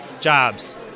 jobs